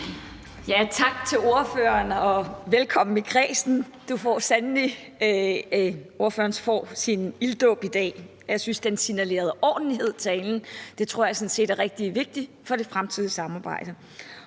Tak til ordføreren, og velkommen i kredsen. Ordføreren får sandelig sin ilddåb i dag. Jeg synes, talen signalerede ordentlighed. Det tror jeg sådan set er rigtig vigtigt for det fremtidige samarbejde.